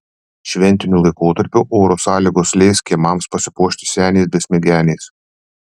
šventiniu laikotarpiu oro sąlygos leis kiemams pasipuošti seniais besmegeniais